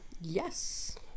Yes